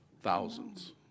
Thousands